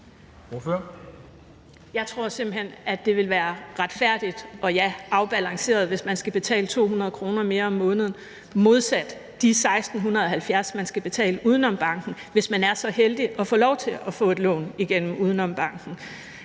Jeg tror simpelt hen, at det vil være retfærdigt og, ja, afbalanceret, hvis man skal betale 200 kr. mere om måneden, modsat de 1.670 kr., man skal betale UdenomBanken, hvis man er så heldig at få lov til at få et lån igennem UdenomBanken.